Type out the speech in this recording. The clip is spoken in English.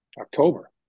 october